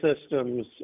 systems